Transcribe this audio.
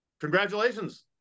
Congratulations